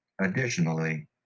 Additionally